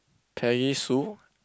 carry Sue